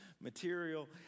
material